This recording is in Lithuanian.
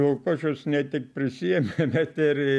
lukošius ne tik prisiėmė bet ir